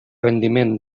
rendiment